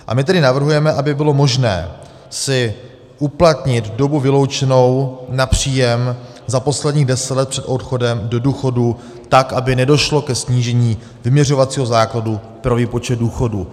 A my tedy navrhujeme, aby bylo možné si uplatnit dobu vyloučenou na příjem za posledních deset let před odchodem do důchodu tak, aby nedošlo ke snížení vyměřovacího základu pro výpočet důchodů.